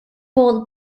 bowled